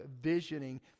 visioning